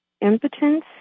impotence